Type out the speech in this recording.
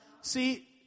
See